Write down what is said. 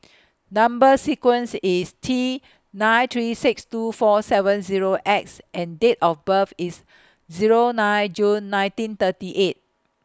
Number sequence IS T nine three six two four seven Zero X and Date of birth IS Zero nine June nineteen thirty eight